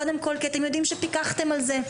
קודם כל כי אתם יודעים שפיקחתם על זה,